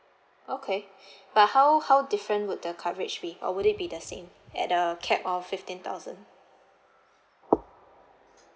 okay but how how different would the coverage be or would it be the same at uh cap of fifteen thousand